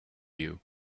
you